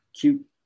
cute